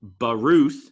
Baruth